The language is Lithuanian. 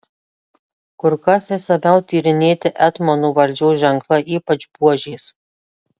kur kas išsamiau tyrinėti etmonų valdžios ženklai ypač buožės